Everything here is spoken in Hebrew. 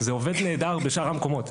זה עובד נהדר בשאר המקומות.